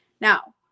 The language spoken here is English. Now